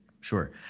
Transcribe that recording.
Sure